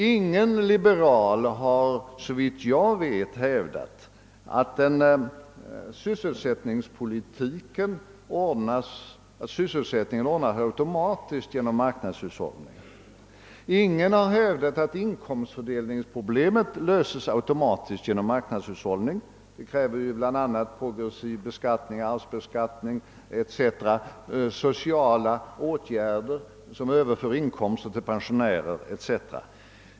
Ingen liberal har såvitt jag vet hävdat att den fulla sysselsättningen ordnas automatiskt genom marknadshushållning. Ingen har heller påstått att inkomstfördelningsproblemet löses av sig självt genom marknadshushållning. Det kräver ju bl.a. progressiv beskattning och arvsbeskattning samt sociala åtgärder som överför inkomster till pensionärer 0. s. v.